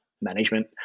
management